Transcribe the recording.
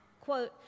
quote